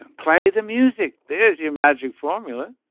ah play the music there's your magic formula.